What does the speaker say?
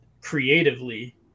creatively